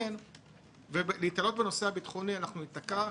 אם ניתלה בנושא הביטחוני אנחנו ניתקע.